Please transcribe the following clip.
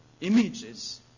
images